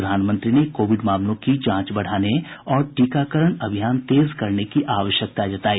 प्रधानमंत्री ने कोविड मामलों की जांच बढ़ाने और टीकाकरण अभियान तेज करने की आवश्यकता जताई